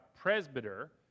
presbyter